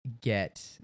get